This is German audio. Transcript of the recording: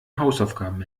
hausaufgaben